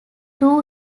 two